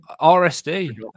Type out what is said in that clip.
RSD